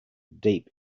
deep